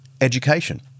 Education